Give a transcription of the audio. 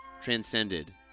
transcended